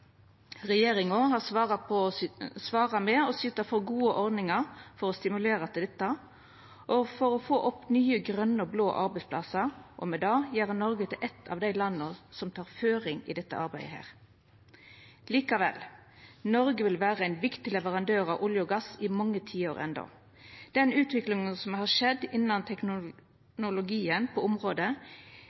Regjeringa har svara med å syta for gode ordningar for å stimulera til dette og for å få opp nye, grøne og blå arbeidsplassar og med det gjera Noreg til eitt av dei landa som tek føringa i dette arbeidet. Likevel, Noreg vil vera ein viktig leverandør av olje og gass i mange tiår enno. Den utviklinga som har skjedd innan teknologien på området,